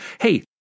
hey